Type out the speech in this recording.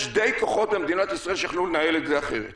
יש די כוחות במדינת ישראל שיכלו לנהל את זה אחרת.